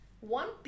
one